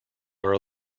are